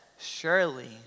surely